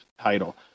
title